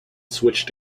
switched